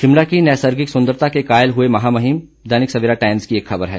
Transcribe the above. शिमला की नैसर्गिक सुंदरता के कायल हुए महामहिम दैनिक सवेरा टाईम्स की एक खबर है